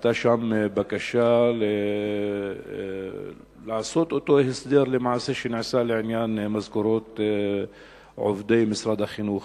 היתה שם בקשה לעשות אותו הסדר שנעשה לעניין משכורות עובדי משרד החינוך.